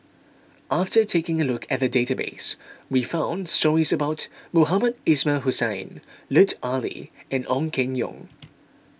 after taking a look at the database we found stories about Mohamed Ismail Hussain Lut Ali and Ong Keng Yong